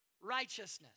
righteousness